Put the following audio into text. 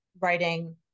writing